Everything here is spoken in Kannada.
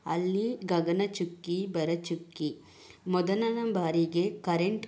ಅಲ್ಲಿ ಗಗನಚುಕ್ಕಿ ಭರಚುಕ್ಕಿ ಮೊದಲನ ಬಾರಿಗೆ ಕರೆಂಟ್